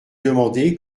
demander